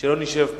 שלא נשב פה.